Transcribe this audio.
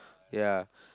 ya